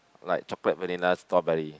like chocolate vanilla strawberry